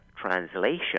translation